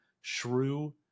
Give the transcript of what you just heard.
shrew